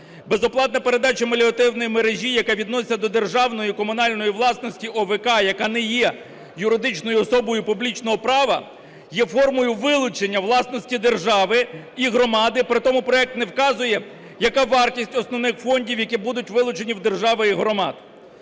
Безоплатна передача меліоративної мережі, яка відноситься до державної і комунальної власності ОВК, яка не є юридичної особою публічного права, є формою вилучення власності держави і громади. Притому проект не вказує, яка вартість основних фондів, які будуть вилучені в держави і громад.